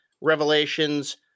Revelations